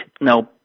no